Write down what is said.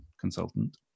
consultant